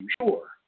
sure